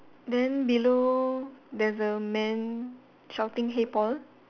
then below there's a man shouting hey Paul